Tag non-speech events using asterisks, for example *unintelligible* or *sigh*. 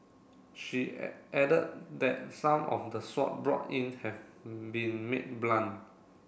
she *unintelligible* added that some of the sword brought in have been made blunt